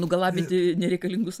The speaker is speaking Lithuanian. nugalabinti nereikalingus